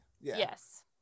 Yes